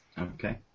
Okay